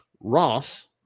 Ross